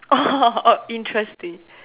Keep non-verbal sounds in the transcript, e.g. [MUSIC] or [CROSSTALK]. oh [LAUGHS] oh interesting